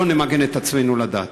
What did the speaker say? לא נמגן את עצמנו לדעת,